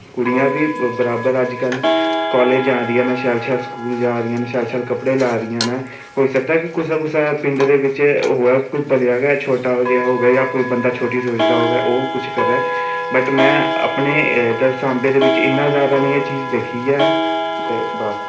कुड़ियां बी बराबर अज कल कालेज़ जा दियां नै शैल शैल स्कूल जा दियां शैल शैल कपड़े ला दियां नै होई सकदा कुसै कुसै पिंड दै बिच्च होऐ कोई भलेंआं गै शोटा जेहा होऐ जां कोई बंदा छोटी सोच दा होऐ ता ओह् कुछ करै बट मैं अपने इध्दर सांबे दे बिच्च इन्ना जादा नी एह् चीज़ दिक्खी ऐ ते बस